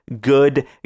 good